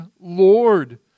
Lord